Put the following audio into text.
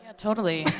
ah totally.